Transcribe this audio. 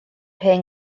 hen